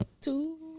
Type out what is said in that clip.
Two